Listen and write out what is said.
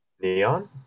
Neon